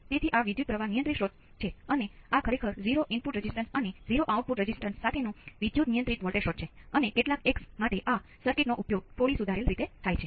તેથી આ 4 માઇક્રોસેકન્ડ પર છે અને તે એકથી 1 જેટલું દૂર છે